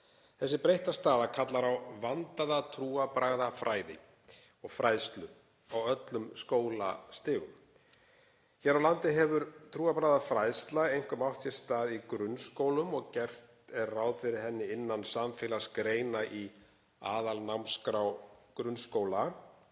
Þessi breytta staða kallar á vandaða trúarbragðafræðslu á öllum skólastigum. Hér á landi hefur trúarbragðafræðsla einkum átt sér stað í grunnskólum og gert er ráð fyrir henni innan samfélagsgreina í aðalnámskrá grunnskóla,